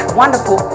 wonderful